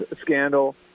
scandal